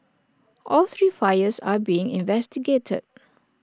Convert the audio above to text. all three fires are being investigated